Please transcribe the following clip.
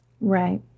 right